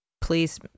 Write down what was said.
Please